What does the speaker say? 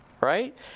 right